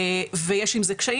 ויש עם זה קשיים.